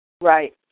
Right